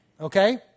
okay